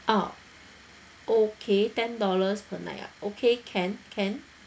uh okay ten dollars per night ah okay can can